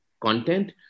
content